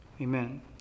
Amen